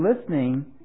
listening